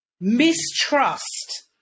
mistrust